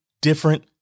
different